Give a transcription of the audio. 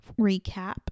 recap